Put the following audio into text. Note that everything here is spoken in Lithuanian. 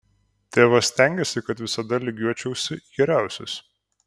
tėvas stengėsi kad visada lygiuočiausi į geriausius